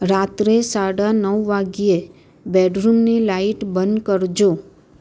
રાત્રે સાડા નવ વાગ્યે બેડરૂમની લાઇટ બંધ કરજો